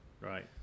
right